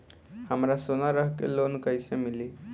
हमरा सोना रख के लोन कईसे मिली?